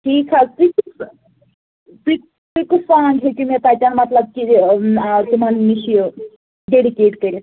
ٹھیٖک حظ تُہۍ تُہۍ کُس سانٛگ ہیٚکِو مےٚ تَتیٚن مطلب کہِ ٲں تِمَن نِش یہِ ڈیٚڈِکیٹ کٔرِتھ